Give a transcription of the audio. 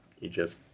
Egypt